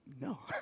No